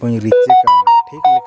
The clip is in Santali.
ᱠᱚᱧ ᱨᱤᱪᱮᱠᱟ ᱴᱷᱤᱠ ᱞᱮᱠᱟ